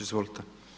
Izvolite.